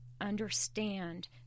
understand